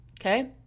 okay